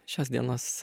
šios dienos